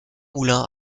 moulin